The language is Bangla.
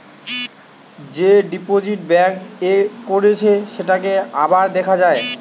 যে ডিপোজিট ব্যাঙ্ক এ করেছে সেটাকে আবার দেখা যায়